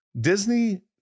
disney